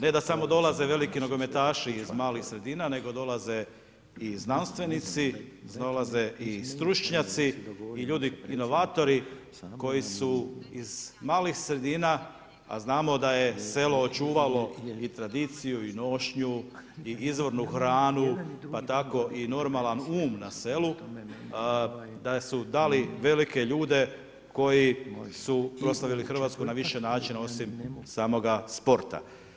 Ne da samo dolaze veliki nogometaši iz malih sredina nego dolaze i znanstvenici, dolaze i stručnjaci i ljudi inovatori koji su iz malih sredina a znamo da je selo očuvalo i tradiciju i nošnju i izvornu hranu pa tako i normalan um na selu, da su dali velike ljude koji su proslavili Hrvatsku na više načina osim samoga sporta.